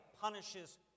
punishes